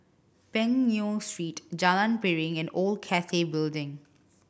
Peng Nguan Street Jalan Piring and Old Cathay Building